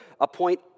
appoint